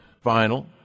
final